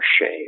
shame